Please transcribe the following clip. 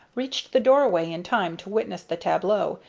reached the doorway in time to witness the tableau,